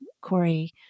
Corey